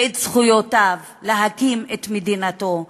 ואת זכויותיו, להקים את מדינתו,